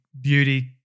beauty